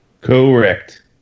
Correct